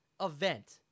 event